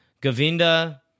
Govinda